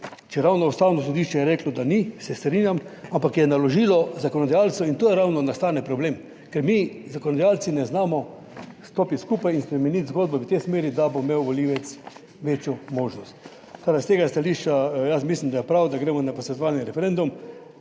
če ravno Ustavno sodišče je reklo, da ni, se strinjam, ampak je naložilo zakonodajalcu, in tu ravno nastane problem, ker mi zakonodajalci ne znamo stopiti skupaj in spremeniti zgodbo v tej smeri, da bo imel volivec večjo možnost. Tako, da s tega stališča jaz mislim, da je prav, da gremo na posvetovalni referendum.